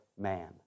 man